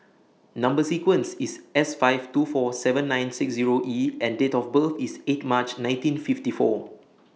Number sequence IS S five two four seven nine six Zero E and Date of birth IS eight March nineteen fifty four